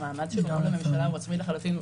המעמד שלו עצמאי לחלוטין,